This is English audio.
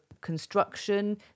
construction